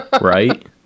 Right